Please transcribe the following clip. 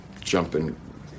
jumping